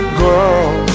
girl